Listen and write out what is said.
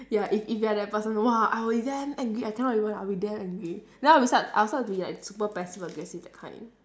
ya if if you're that person !wah! I will be damn angry I cannot even I'll be damn angry then I'll be start I'll start to be like super passive aggressive that kind